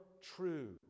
true